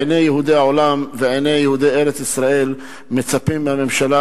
עיני יהודי העולם ועיני יהודי ארץ-ישראל מצפים מהממשלה,